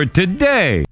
today